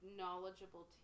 knowledgeable